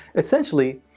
essentially,